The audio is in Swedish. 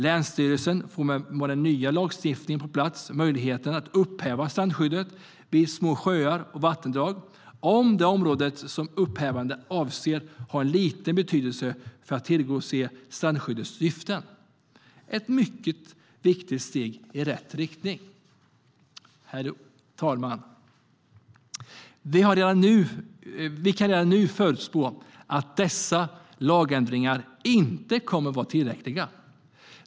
Länsstyrelsen får med den nya lagstiftningen på plats möjligheten att upphäva strandskyddet vid små sjöar och vattendrag om det område som upphävandet avser har liten betydelse för att tillgodose strandskyddets syften. Det är ett mycket viktigt steg i rätt riktning. Herr talman! Vi kan redan nu förutspå att dessa lagändringar inte kommer att vara tillräckliga.